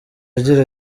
agira